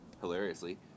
hilariously